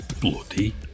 Bloody